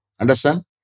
Understand